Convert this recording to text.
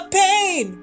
pain